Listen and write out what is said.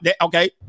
Okay